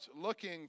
looking